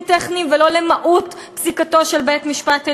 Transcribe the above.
טכניים ולא למהות פסיקתו של בית-משפט עליון,